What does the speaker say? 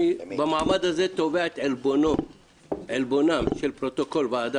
במעמד הזה אני תובע את עלבונו של פרוטוקול הוועדה